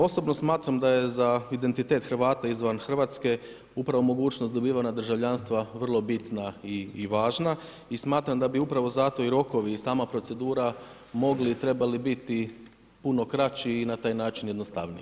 Osobno smatram da je za identitet Hrvata izvan Hrvatske upravo mogućnost dobivanja državljanstva vrlo bitna i važna, i smatram da bi upravo zato i rokovi i sama procedura mogli i trebali biti puno kraći i na taj način jednostavniji.